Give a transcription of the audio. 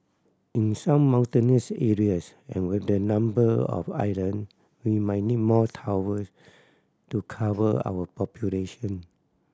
in some mountainous areas and with the number of island we might need more towers to cover our population